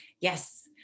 Yes